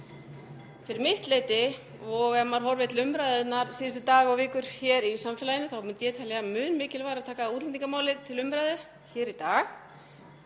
Fyrir mitt leyti og ef maður horfir til umræðunnar síðustu daga og vikur hér í samfélaginu þá myndi ég telja mun mikilvægara að taka útlendingamálið til umræðu hér í dag.